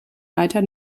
weiter